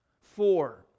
Four